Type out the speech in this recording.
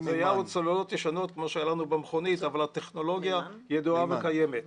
סוללות ישנות כמו שהיו לנו במכונית אבל הטכנולוגיה ידועה וקיימת.